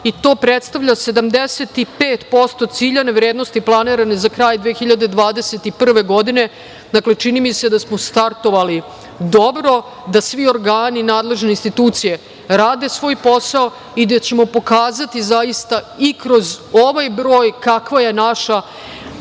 i to predstavlja 75% ciljane vrednosti planirane za kraj 2021. godine. Dakle, čini mi se da smo startovali dobro, da svi organi, nadležne institucije rade svoj posao i da ćemo pokazati zaista i kroz ovaj broj kakva je naša